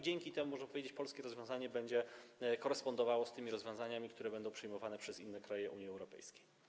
Dzięki temu, można powiedzieć, polskie rozwiązanie będzie korespondowało z rozwiązaniami, które będą przyjmowane przez inne kraje Unii Europejskiej.